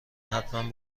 حتمن